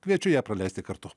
kviečiu ją praleisti kartu